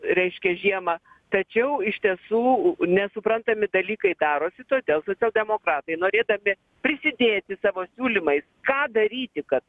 reiškia žiemą tačiau iš tiesų nesuprantami dalykai darosi todėl socialdemokratai norėdami prisidėti savo siūlymais ką daryti kad